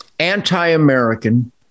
anti-American